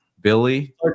Billy